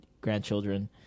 grandchildren